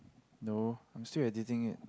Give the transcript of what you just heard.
no I'm still editing it